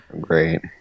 Great